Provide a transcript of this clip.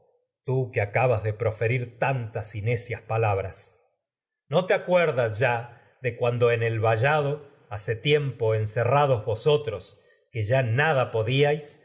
tú no que acabas proferir tantas necias palabras hace te acuerdas de cuando en el que ya vallado tiempo encerrados vosotros huida de nada podíais